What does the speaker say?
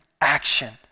action